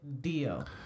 deal